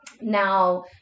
Now